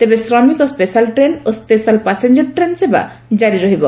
ତେବେ ଶ୍ରମିକ special train ଓ ସେଶାଲ ପାସେଞ୍ଚର ଟ୍ରେନ୍ ସେବା ଜାରି ରହିବ